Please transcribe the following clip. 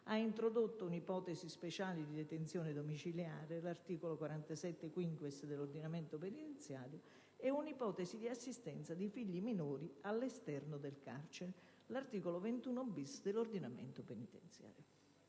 introdotto un'ipotesi speciale di detenzione domiciliare (l'articolo 47-*quinquies* dell'ordinamento penitenziario) e un'ipotesi di assistenza di figli minori all'esterno del carcere (l'articolo 21-*bis* dell'ordinamento penitenziario).